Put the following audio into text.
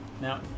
Now